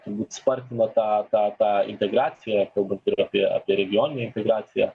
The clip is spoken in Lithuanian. turbūt spartina tą tą tą integraciją albant ir apie apie regioninę integraciją